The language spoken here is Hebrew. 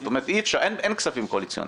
הווי אומר: אין כספים קואליציוניים,